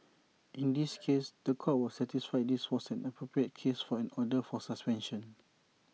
in this case The Court was satisfied this was an appropriate case for an order for suspension